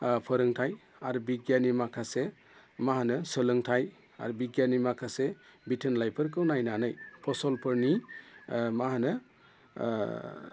फोरोंथाय आरो बिगियाननि माखासे माहोनो सोलोंथाय आरो बिगियाननि माखासे बिथोनलायफोरखौ नायनानै फसलफोरनि माहोनो